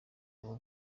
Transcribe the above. abo